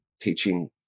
teaching